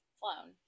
flown